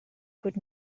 could